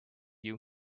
you